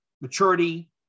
maturity